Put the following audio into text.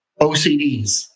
OCDs